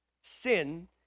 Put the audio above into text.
Sin